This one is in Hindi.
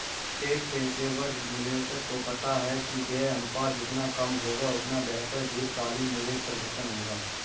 एक पेशेवर निवेशक को पता है कि व्यय अनुपात जितना कम होगा, उतना बेहतर दीर्घकालिक निवेश प्रदर्शन होगा